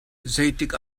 zeitik